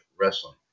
Wrestling